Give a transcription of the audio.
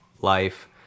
life